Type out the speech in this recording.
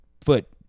foot